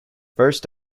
first